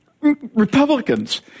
Republicans